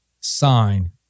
sign